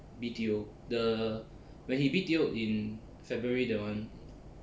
B_T_O the where he B_T_O in february that [one]